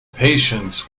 patience